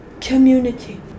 community